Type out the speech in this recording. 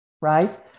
right